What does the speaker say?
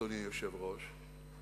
אדוני היושב-ראש,